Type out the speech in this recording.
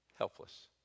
helpless